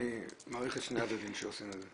אני מעריך את שני הצדדים שעושים את זה.